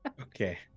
okay